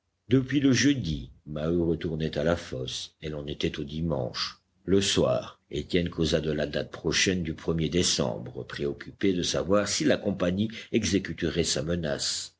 depuis le jeudi maheu retournait à la fosse et l'on était au dimanche le soir étienne causa de la date prochaine du er décembre préoccupé de savoir si la compagnie exécuterait sa menace